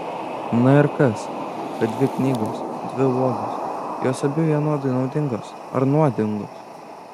na ir kas kad dvi knygos dvi uogos jos abi vienodai naudingos ar nuodingos